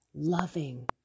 Loving